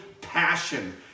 passion